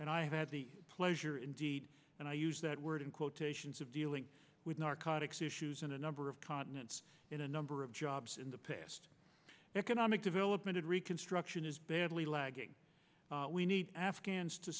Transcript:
and i had the pleasure indeed and i use that word in quotations of dealing with narcotics issues in a number of continents in a number of jobs in the past economic development and reconstruction is badly lagging we need afghans to